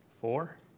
four